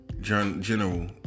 General